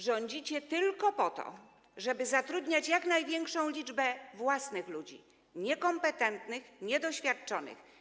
Rządzicie tylko po to, żeby zatrudniać jak największą liczbę własnych ludzi, niekompetentnych, niedoświadczonych.